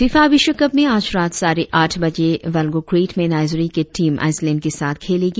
FIFA विश्व cup में आज रात साढ़े आठ बजे वोल्गोग्रैड में नाइजीरिया की टीम आइसलैंड के साथ खेलेगी